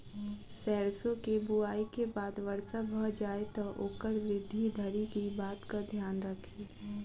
सैरसो केँ बुआई केँ बाद वर्षा भऽ जाय तऽ ओकर वृद्धि धरि की बातक ध्यान राखि?